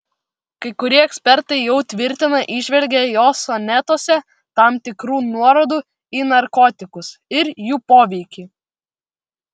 kai kurie ekspertai jau tvirtina įžvelgią jo sonetuose tam tikrų nuorodų į narkotikus ir jų poveikį